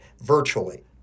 virtually